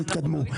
תתקדמו.